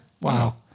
Wow